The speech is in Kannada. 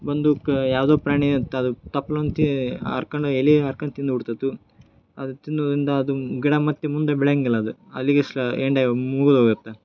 ಬಂದು ಕ ಯಾವುದೋ ಪ್ರಾಣಿ ಅಂಥದ್ದು ತಪ್ಲುಂತೀ ಹಾರ್ಕಂಡು ಎಲೆ ಹಾರ್ಕಂಡು ತಿಂದುಬಿಡ್ತತು ಅದು ತಿನ್ನೋದರಿಂದ ಅದು ಗಿಡ ಮತ್ತೆ ಮುಂದೆ ಬೆಳೆಯಂಗಿಲ್ಲ ಅದ ಅಲ್ಲಿಗೆ ಸ ಎಂಡಾಗಿ ಮುಗಿದೋಗುತ್ತೆ